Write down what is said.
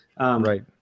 Right